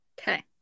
okay